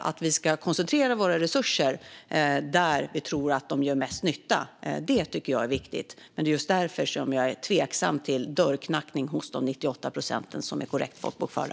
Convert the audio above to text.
Att vi ska koncentrera våra resurser där vi tror att de gör mest nytta tycker jag är viktigt. Det är just därför som jag är tveksam till dörrknackning hos de 98 procent som är korrekt folkbokförda.